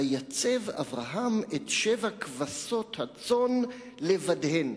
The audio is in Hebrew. ויצב אברהם את שבע כבשות הצאן לבדהן.